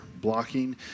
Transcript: blocking